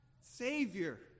Savior